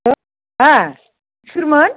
hello अ सोरमोन